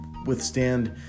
withstand